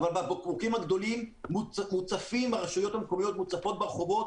אבל הרשויות המקומיות מוצפות ברחובות